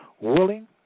willing